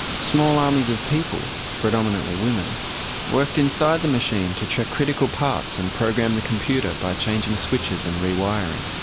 small armies of people predominantly women worked inside the machine to check critical parts and program the computer by changing switches and rewiring.